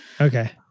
Okay